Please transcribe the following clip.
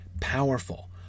powerful